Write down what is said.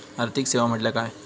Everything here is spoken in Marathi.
आर्थिक सेवा म्हटल्या काय?